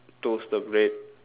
toast the bread